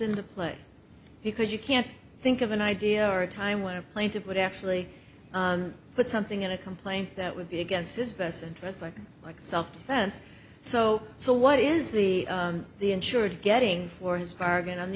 into play because you can't think of an idea or a time when a plaintiff would actually put something in a complaint that would be against his best interest like self defense so so what is the insured getting for his bargain on the